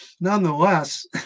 nonetheless